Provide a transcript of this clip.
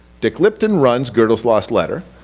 dick lipton runs godel's lost letter.